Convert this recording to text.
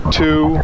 two